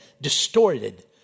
distorted